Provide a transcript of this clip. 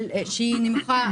שהיא נמוכה,